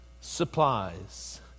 supplies